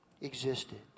existed